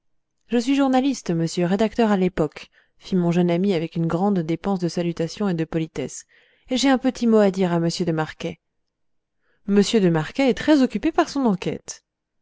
je suis journaliste monsieur rédacteur à l'époque fit mon jeune ami avec une grande dépense de salutations et de politesses et j'ai un petit mot à dire à m de marquet m de marquet est très occupé par son enquête